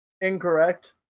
Incorrect